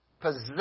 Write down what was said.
possess